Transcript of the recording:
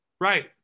Right